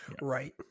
right